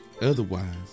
Otherwise